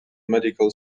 medical